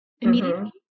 immediately